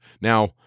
Now